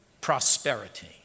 prosperity